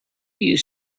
you